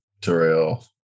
Terrell